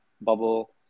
Bubble